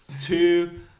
Two